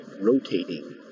rotating